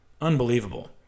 Unbelievable